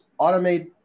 automate